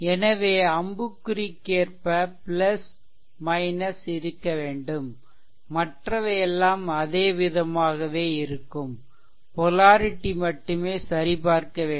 எனவே அம்புக்குறிக்கேற்ப இருக்க வேண்டும் மற்றவை எல்லாம் அதே விதமாகவே இருக்கும் பொலாரிட்டி மட்டுமே சரிபார்க்க வேண்டும்